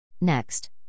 Next